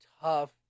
tough